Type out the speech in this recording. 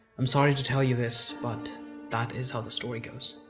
i'm sorry to tell you this, but that is how the story goes.